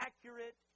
accurate